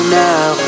now